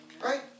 Right